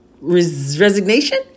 resignation